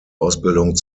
ausbildung